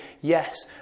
yes